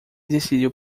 decidiu